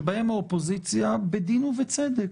שבהם האופוזיציה בדין ובצדק